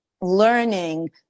learning